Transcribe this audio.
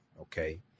Okay